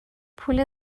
پول